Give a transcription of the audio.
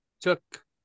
took